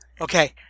Okay